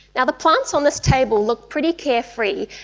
the the plants on this table look pretty carefree,